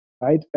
right